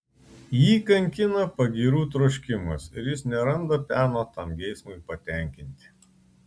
jį kankina pagyrų troškimas ir jis neranda peno tam geismui patenkinti